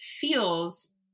feels